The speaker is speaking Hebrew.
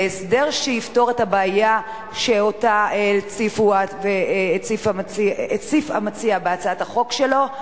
להסדר שיפתור את הבעיה שהציף המציע בהצעת החוק שלו.